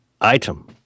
item